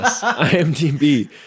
IMDb